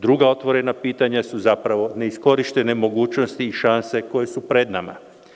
Druga otvorena pitanja su zapravo neiskorištene mogućnosti i šanse koje su pred nama.